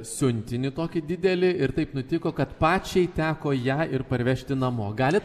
siuntinį tokį didelį ir taip nutiko kad pačiai teko ją ir parvežti namo galit